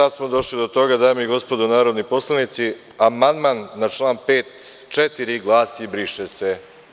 E, sad smo došli do toga, dame i gospodo narodni poslanici, amandman na član 4. glasi – briše se.